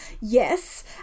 Yes